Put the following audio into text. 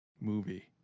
movie